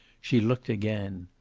she looked again.